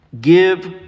Give